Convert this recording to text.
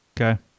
Okay